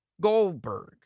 Goldberg